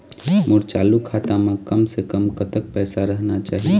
मोर चालू खाता म कम से कम कतक पैसा रहना चाही?